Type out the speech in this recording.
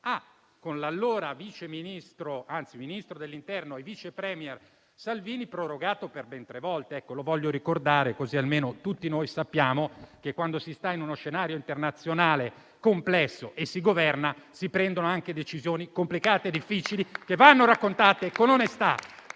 con l'allora ministro dell'interno e vice *premier* Salvini, ha prorogato per ben tre volte. Lo voglio ricordare, affinché tutti noi sappiamo che, quando si sta in uno scenario internazionale complesso e si governa, si prendono anche decisioni complicate e difficili, che devono essere raccontate con onestà